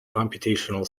computational